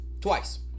twice